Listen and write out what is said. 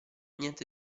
niente